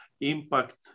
impact